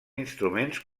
instruments